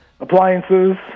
Appliances